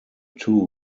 two